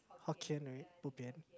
hokkien right bobian